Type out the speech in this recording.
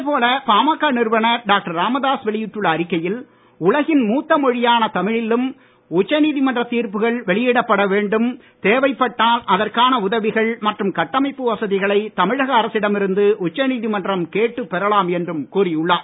இதேபோல பாமக நிறுவனர் டாக்டர் ராமதாஸ் வெளியிட்டுள்ள அறிக்கையில் உலகின் மூத்த மொழியான தமிழிலும் உச்சநீதிமன்றத் தீர்ப்புகள் வெளியிடப்பட வேண்டும் தேவைப்பட்டால் அதற்கான உதவிகள் மற்றும் கட்டமைப்பு வசதிகளை தமிழக அரசிடமிருந்து உச்சநீதிமன்றம் கேட்டுப் பெறலாம் என்றும் கூறியுள்ளார்